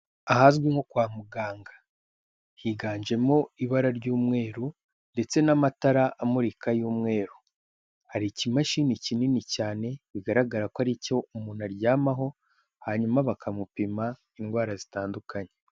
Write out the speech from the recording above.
Ahazwi nko kwa muganga higanjemo ibara ry'umweru ndetse n'amatara amurika y'umweru, hari ikimashini kinini cyane bigaragara ko ari cyo umuntu aryamaho hanyuma bakamupima indwara zitandukanye.